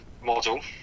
Model